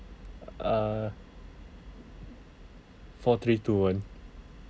err four three two one